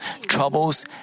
troubles